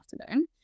afternoon